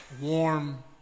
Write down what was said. warm